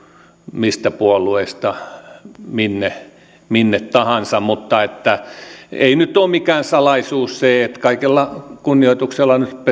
mistä puolueesta minne minne tahansa mutta ei nyt ole mikään salaisuus se kaikella kunnioituksella nyt